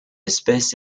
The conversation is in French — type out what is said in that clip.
espèce